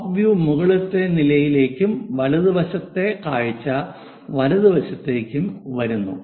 top view മുകളിലത്തെ നിലയിലേക്കും വലതുവശത്തെ കാഴ്ച വലതുവശത്തേക്കും വരുന്നു